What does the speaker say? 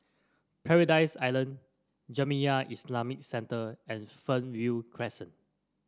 Paradise Island Jamiyah Islamic Centre and Fernhill Crescent